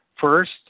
First